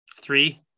Three